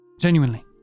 Genuinely